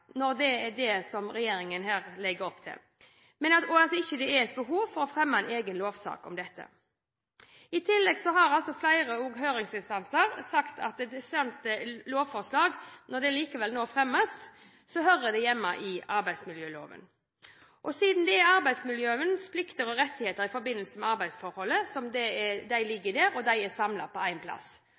når det er det regjeringen legger opp til, og at det ikke er et behov for å fremme en egen lovsak om dette. I tillegg har flere høringsinstanser sagt at når et lovforslag likevel nå fremmes, hører det hjemme i arbeidsmiljøloven, siden det er i arbeidsmiljøloven plikter og rettigheter i forbindelse med arbeidsforholdet er samlet. Det er derfor jeg lurer på hvorfor regjeringen, hvis dette er